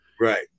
Right